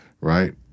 Right